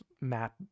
map